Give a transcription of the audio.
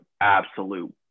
absolute